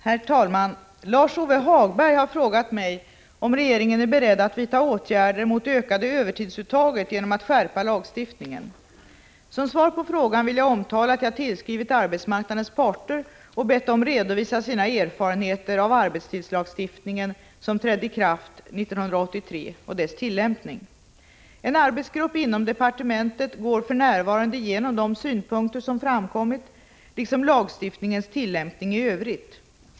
Herr talman! Lars-Ove Hagberg har frågat mig om regeringen är beredd att vidta åtgärder mot det ökande övertidsuttaget genom att skärpa lagstiftningen. Som svar på frågan vill jag omtala att jag tillskrivit arbetsmarknadens parter och bett dem redovisa sina erfarenheter av arbetstidslagstiftningen, som trädde i kraft 1983, och dess tillämpning. En arbetsgrupp inom departementet går för närvarande igenom de synpunkter som framkommit liksom lagstiftningens tillämpning i övrigt.